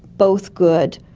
both good,